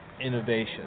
innovation